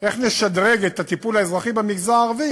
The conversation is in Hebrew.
איך לשדרג את הטיפול האזרחי במגזר הערבי,